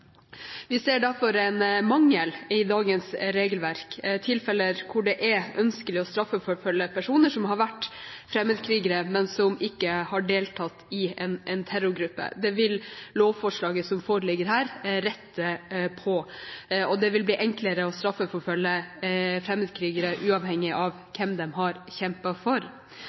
Vi ser derfor en mangel i dagens regelverk, tilfeller hvor det er ønskelig å straffeforfølge personer som har vært fremmedkrigere, men som ikke har deltatt i en terrorgruppe. Det vil lovforslaget som foreligger her, rette på, og det vil bli enklere å straffeforfølge fremmedkrigere – uavhengig av hvem de har kjempet for.